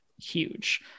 huge